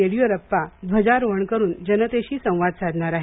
येड्युरप्पा ध्वजारोहण करून जनतेशी संवाद साधणार आहेत